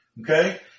Okay